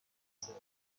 سرکه